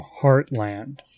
Heartland